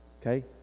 okay